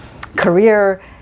career